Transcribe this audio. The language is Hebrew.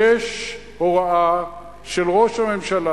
יש הוראה של ראש הממשלה,